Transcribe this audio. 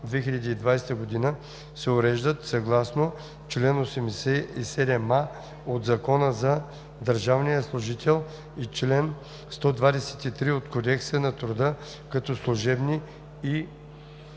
2020 г., се уреждат съгласно чл. 87а от Закона за държавния служител и чл. 123 от Кодекса на труда като служебни и